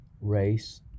race